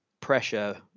pressure